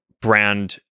brand